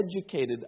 Educated